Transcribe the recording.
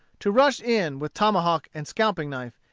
to rush in with tomahawk and scalping-knife,